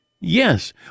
yes